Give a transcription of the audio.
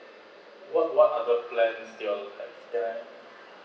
what what other plan do you look at that